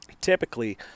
Typically